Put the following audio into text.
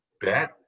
bet